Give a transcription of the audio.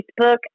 facebook